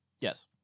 Yes